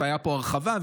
והייתה הרחבה,